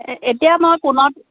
এতিয়া মই